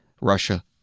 Russia